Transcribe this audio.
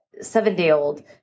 seven-day-old